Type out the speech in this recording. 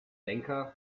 lenker